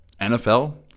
NFL